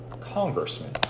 Congressman